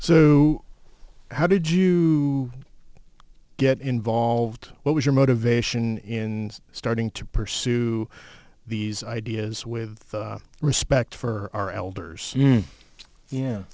so how did you get involved what was your motivation in starting to pursue these ideas with respect for our elders